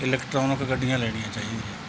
electronic ਗੱਡੀਆਂ ਲੈਣੀਆਂ ਚਾਹੀਦੀਆਂ